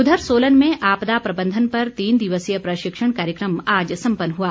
उधर सोलन में आपदा प्रबंधन पर तीन दिवसीय प्रशिक्षण कार्यक्रम आज सम्पन्न हुआ